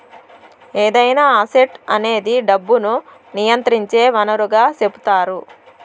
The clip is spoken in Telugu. ఏదైనా అసెట్ అనేది డబ్బును నియంత్రించే వనరుగా సెపుతారు